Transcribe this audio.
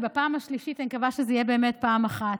בפעם השלישית אני מקווה שזה יהיה באמת פעם אחת.